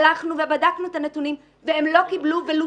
הלכנו ובדקנו את הנתונים והם לא קיבלו ולו